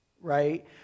right